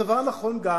הדבר נכון גם